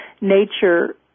Nature